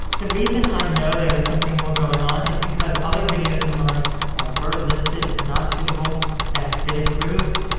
the reason i know there is something more going on is because other videos of mine that were listed as not suitable that have been approved,